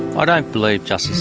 i don't believe justice